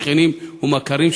שכנים ומכרים,